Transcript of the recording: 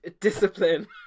Discipline